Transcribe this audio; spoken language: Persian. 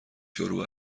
شروع